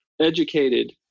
educated